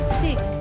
sick